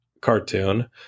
cartoon